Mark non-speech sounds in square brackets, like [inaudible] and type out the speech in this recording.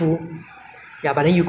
[coughs] if you eat for eight hours straight